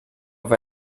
war